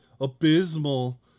abysmal